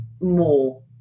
more